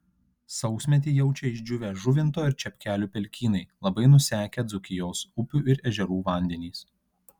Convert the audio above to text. sausmetį jaučia išdžiūvę žuvinto ir čepkelių pelkynai labai nusekę dzūkijos upių ir ežerų vandenys